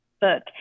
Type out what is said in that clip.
book